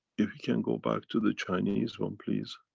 if you can go back to the chinese one, please.